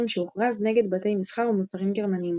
שהוכרז נגד בתי מסחר ומוצרים גרמניים.